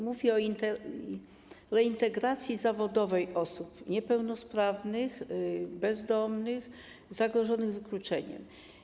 Mówię o reintegracji zawodowej osób niepełnosprawnych, bezdomnych, zagrożonych wykluczeniem.